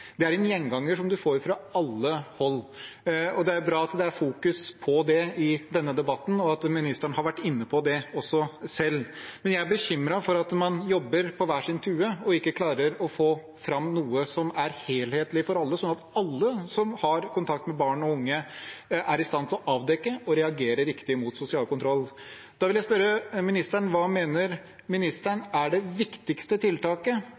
Det er en gjenganger vi får fra alle hold. Det er bra at det fokuseres på det i denne debatten, og at ministeren selv også har vært inne på det. Men jeg er bekymret for at man jobber på hver sin tue og ikke klarer å få fram noe som er helhetlig for alle, slik at alle som har kontakt med barn og unge, er i stand til å avdekke og reagere riktig på sosial kontroll. Jeg vil spørre ministeren: Hva mener hun er det viktigste tiltaket